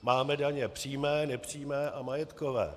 Máme daně přímé, nepřímé a majetkové.